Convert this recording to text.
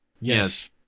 Yes